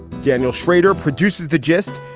daniel schrader produces the gist.